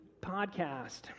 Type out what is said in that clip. podcast